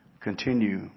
continue